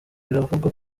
biravugwa